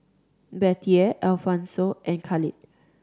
Bettye Alphonso and Khalid